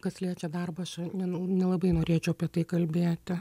kas liečia darbą aš nen nelabai norėčiau apie tai kalbėti